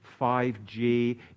5G